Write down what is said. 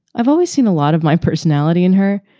i've always seen a lot of my personality in her.